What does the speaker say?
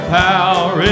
power